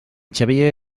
xavier